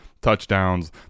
touchdowns